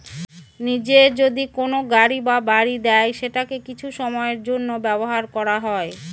নিজে যদি কোনো গাড়ি বা বাড়ি দেয় সেটাকে কিছু সময়ের জন্য ব্যবহার করা হয়